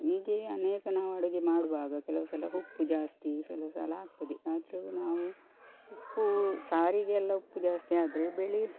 ಹೀಗೆಯೇ ಅನೇಕ ನಾವು ಅಡುಗೆ ಮಾಡುವಾಗ ಕೆಲವು ಸಲ ಉಪ್ಪು ಜಾಸ್ತಿ ಕೆಲವು ಸಲ ಆಗ್ತದೆ ಆದರೂ ನಾವು ಉಪ್ಪು ಸಾರಿಗೆ ಎಲ್ಲ ಉಪ್ಪು ಜಾಸ್ತಿ ಆದರೆ ಬಿಳಿ